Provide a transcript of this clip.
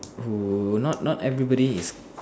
who not not everybody is